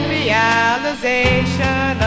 realization